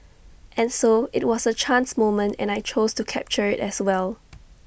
and so IT was A chance moment and I chose to capture IT as well